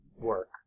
work